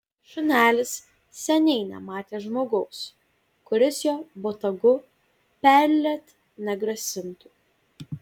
šunelis seniai nematė žmogaus kuris jo botagu perliet negrasintų